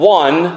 one